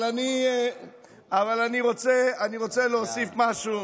אבל אני רוצה להוסיף משהו.